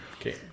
okay